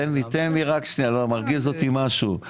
תן לי, תן לי, מרגיז אותי משהו.